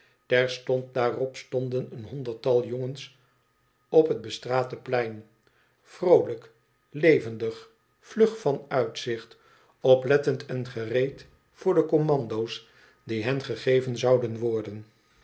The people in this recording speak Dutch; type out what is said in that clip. terstond daarop stonden een honderdtal jongens op het bestraatte plein vroolijk levendig vlug van uitzicht oplettend en gereed voor de commando's die hen gegeven zouden worden